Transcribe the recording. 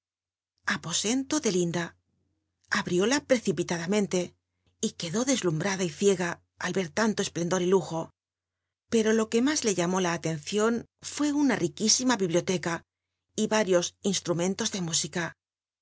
de linda abrióla precipiladamenle y quedó deslumbrada y ciega al ver tanto c plendor y lujo pero lo que más le llamó la atencion fué una riquísima biblioleca y yarios instrumentos de música